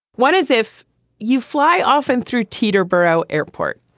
one is if you fly often through teater burrow airport.